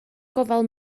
gofal